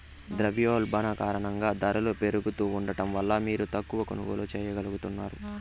ద్రవ్యోల్బణం కారణంగా దరలు పెరుగుతా ఉండడం వల్ల మీరు తక్కవ కొనుగోల్లు చేయగలుగుతారు